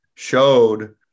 showed